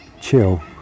chill